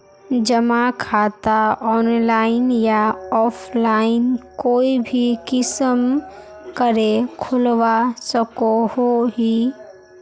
जमा खाता ऑनलाइन या ऑफलाइन कोई भी किसम करे खोलवा सकोहो ही?